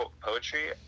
poetry